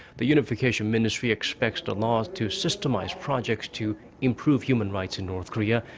the unification ministry expects the law to systemize projects to improve human rights in north korea.